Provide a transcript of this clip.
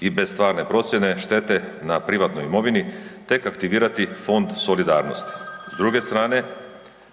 i bez stvarne procjene štete na privatnoj imovini tek aktivirati Fond solidarnosti, s druge strane